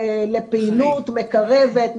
לפעילות מקרבת,